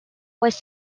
was